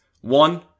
One